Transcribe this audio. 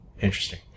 interesting